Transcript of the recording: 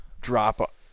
drop